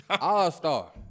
All-star